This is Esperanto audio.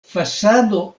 fasado